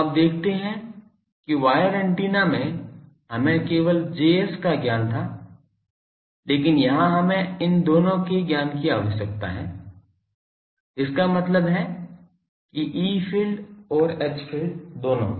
तो आप देखते हैं कि वायर एंटीना में हमें केवल Js का ज्ञान था लेकिन यहां हमें इन दोनों के ज्ञान की आवश्यकता है इसका मतलब है कि E फील्ड और H फील्ड दोनों